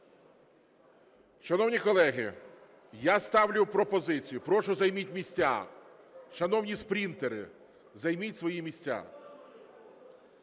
Шановні колеги, я ставлю пропозицію… Прошу займіть місця. Шановні спринтери, займіть свої місця.